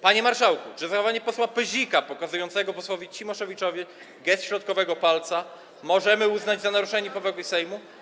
Panie marszałku, czy zachowanie posła Pyzika pokazującego posłowi Cimoszewiczowi gest środkowego palca możemy uznać za naruszenie powagi Sejmu?